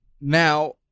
Now